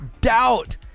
Doubt